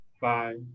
Bye